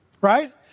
Right